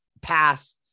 pass